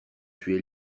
suis